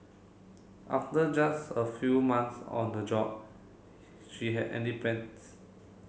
after just a few months on the job she had